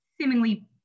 seemingly